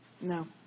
No